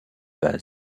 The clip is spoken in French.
base